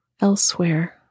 elsewhere